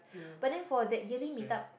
but then for that yearly meet up